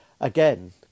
again